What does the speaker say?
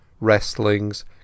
wrestlings